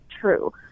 true